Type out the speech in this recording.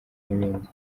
n’ibindi